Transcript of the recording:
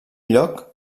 lloc